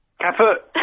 Caput